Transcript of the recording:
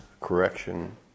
correction